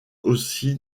aussi